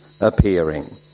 appearing